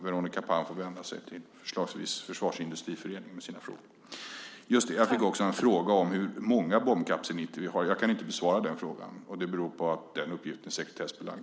Veronica Palm får vända sig till exempelvis Försvarsindustriföreningen med sina frågor. Jag fick också en fråga om hur många bombkapsel 90 vi har. Jag kan inte besvara frågan eftersom den uppgiften är sekretessbelagd.